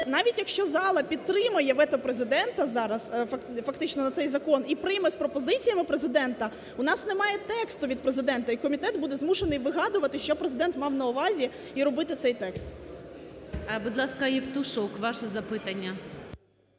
навіть якщо зала підтримає вето Президента зараз фактично на цей закон і прийме з пропозиціями Президента, у нас немає тексту від Президента і комітет буде змушений вигадувати, що Президент мав на увазі і роботи цей текст. ГОЛОВУЮЧИЙ. Будь ласка, Євтушок, ваше запитання.